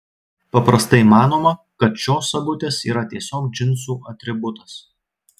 paprastai manoma kad šios sagutės yra tiesiog džinsų atributas